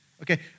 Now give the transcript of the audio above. Okay